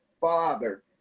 father